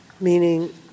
Meaning